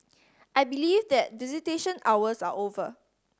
I believe that visitation hours are over